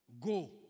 Go